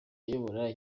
ayobora